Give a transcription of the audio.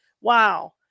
Wow